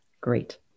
Great